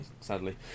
Sadly